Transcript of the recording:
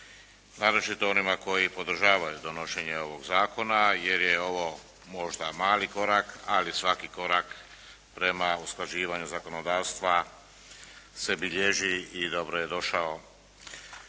naročito onima koji podržavaju donošenje ovoga zakona jer je ovo možda mali korak, ali svaki korak prema usklađivanju zakonodavstva se bilježi i dobro je došao.